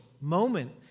moment